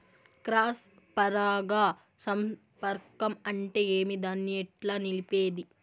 Cross పరాగ సంపర్కం అంటే ఏమి? దాన్ని ఎట్లా నిలిపేది?